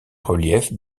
reliefs